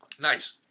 Nice